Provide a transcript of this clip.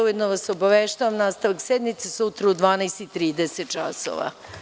Ujedno vas obaveštavam da je nastavak sednice sutra u 12.30 časova.